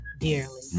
dearly